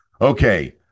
Okay